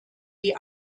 die